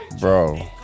bro